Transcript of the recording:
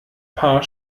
paar